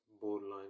borderline